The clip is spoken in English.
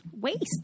waste